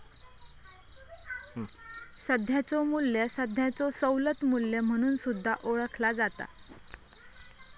सध्याचो मू्ल्य सध्याचो सवलत मू्ल्य म्हणून सुद्धा ओळखला जाता